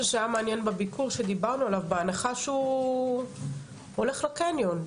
שהיה מעניין בביקור שדיברנו עליו בהנחה שהוא הולך לקניון,